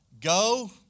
go